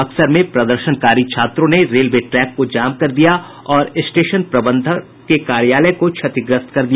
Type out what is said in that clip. बक्सर में प्रदर्शनकारी छात्रों ने रेलवे ट्रैक को जाम कर दिया और स्टेशन प्रबंधक के कार्यालय को क्षतिग्रस्त कर दिया